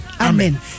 Amen